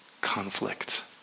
conflict